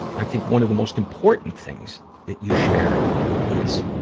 i think one of the most important things that you shared is,